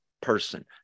person